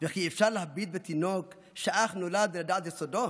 וכי אפשר להביט בתינוק שאך נולד ולדעת את סודו?